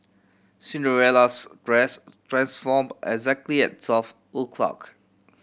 Cinderella's dress transform exactly at twelve o'clock